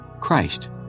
Christ